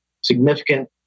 significant